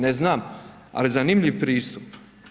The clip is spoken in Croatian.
Ne znam, ali zanimljiv pristup.